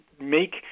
make